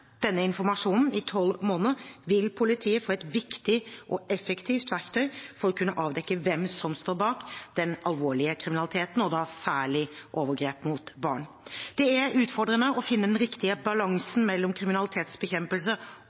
denne informasjonen i tolv måneder vil politiet få et viktig og effektivt verktøy for å kunne avdekke hvem som står bak den alvorlige kriminaliteten, og da særlig overgrep mot barn. Det er utfordrende å finne den riktige balansen mellom kriminalitetsbekjempelse